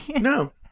No